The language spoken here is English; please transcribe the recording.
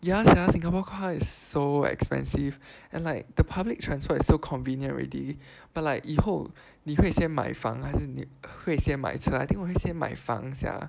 ya sia Singapore car is so expensive and like the public transport is so convenient already but like 以后你会先买房还是你会先买车 I think 我会先买房 sia